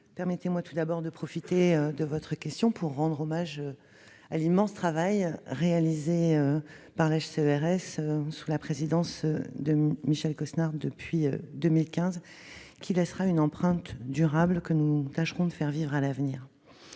permettez-moi de profiter de votre question pour rendre hommage à l'immense travail réalisé par le HCERES sous la présidence de Michel Cosnard depuis 2015, qui laissera une empreinte durable que nous tâcherons de faire vivre à l'avenir.